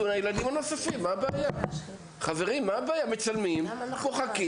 אני מבקש כולל ספח ללא ציון הילדים הנוספים.